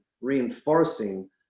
reinforcing